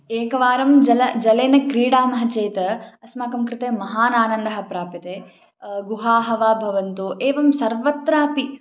एकवारं जलेन जलेन क्रीडामः चेत् अस्माकं कृते महान् आनन्दः प्राप्यते गुहाः वा भवन्तु एवं सर्वत्रापि